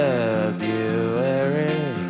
February